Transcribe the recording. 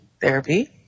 Therapy